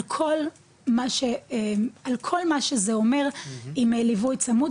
על כל מה שזה אומר עם ליווי צמוד,